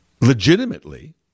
legitimately